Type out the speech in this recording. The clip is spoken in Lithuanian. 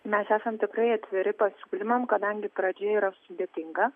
mes esam tikrai atviri pasiūlymam kadangi pradžia yra sudėtinga